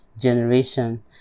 generation